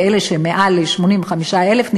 ואלה שמעל ל-85,000,